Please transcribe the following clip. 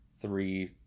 three